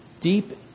deep